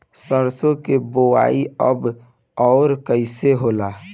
सरसो के बोआई कब और कैसे होला?